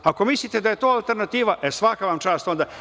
Ako mislite da je to alternativa, e svaka vam čast onda.